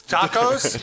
Tacos